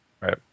Right